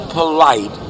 polite